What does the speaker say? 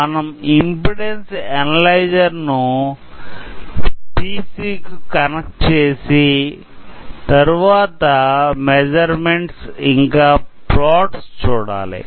మనం impedance analyser ను PC కు కనెక్ట్ చేసి తరువాత మెసర్మెంట్స్ ఇంకా ప్లోట్స్ చూడాలి